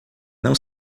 não